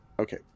Okay